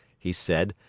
he said,